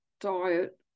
diet